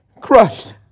crushed